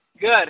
Good